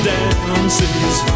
Dances